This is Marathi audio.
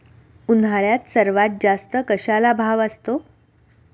उन्हाळ्यात सर्वात जास्त कशाला भाव असतो?